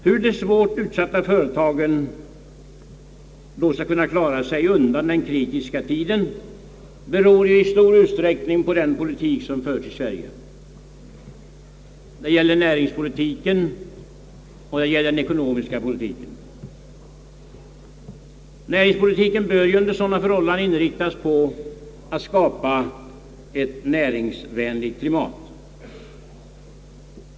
Hur de svårt utsatta svenska företagen då skall kunna klara sig undan den kritiska tiden kommer i stor utsträckning att bero på den politik som förs i Sverige. Det gäller här näringspolitiken, och det gäller den ekonomiska politiken. Näringspolitiken bör ju under sådana förhållanden inriktas på att skapa ett näringsvänligt klimat.